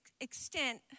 extent